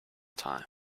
time